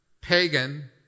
pagan